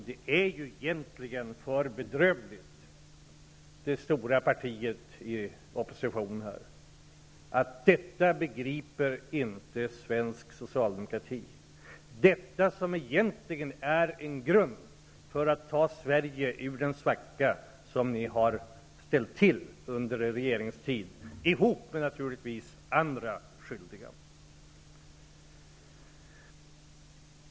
Det är egentligen för bedrövligt att detta begriper inte svensk socialdemokrati, det stora partiet i opposition här. Detta som egentligen är en grund för att ta Sverige ur den svacka som ni har ställt till med under er regeringstid, ihop naturligtvis med andra skyldiga.